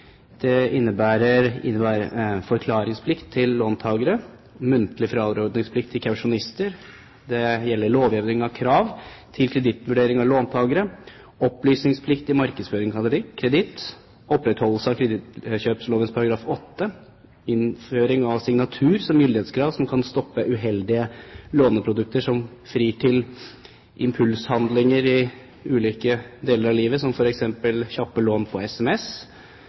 Det innebærer forklaringsplikt til låntakere, muntlig frarådningsplikt til kausjonister, lovhjemling av krav til kredittvurdering av låntakere, opplysningsplikt i markedsføring av kreditt, opprettholdelse av kredittkjøpsloven § 8, innføring av signatur som gyldighetskrav, som kan stoppe uheldige låneprodukter som frir til impulshandlinger i ulike deler av livet, f.eks. kjappe lån på sms,